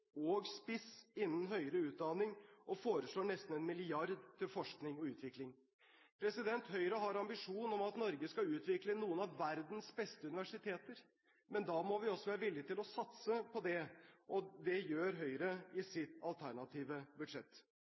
og spiss innen høyere utdanning og foreslår nesten en milliard til forskning og utvikling. Høyre har ambisjon om at Norge skal utvikle noen av verdens beste universiteter, men da må vi også være villig til å satse på det. Det gjør Høyre i sitt alternative budsjett.